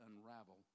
unravel